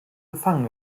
gefangen